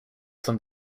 some